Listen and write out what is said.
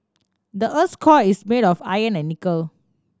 the earth's core is made of iron and nickel